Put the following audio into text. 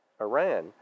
Iran